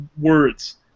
words